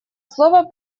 слово